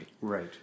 Right